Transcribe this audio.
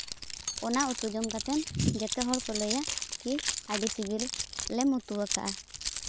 ᱚᱱᱟ ᱩᱛᱩ ᱡᱚᱢ ᱠᱟᱛᱮ ᱡᱚᱛᱚ ᱦᱚᱲ ᱠᱚ ᱞᱟᱹᱭᱟ ᱠᱤ ᱟᱹᱰᱤ ᱥᱤᱵᱤᱞᱮᱢ ᱩᱛᱩ ᱠᱟᱜᱼᱟ